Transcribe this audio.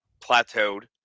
plateaued